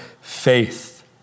faith